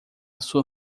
sua